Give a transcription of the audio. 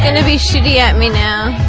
and to be shitty at me now.